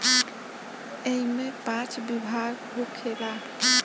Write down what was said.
ऐइमे पाँच विभाग होखेला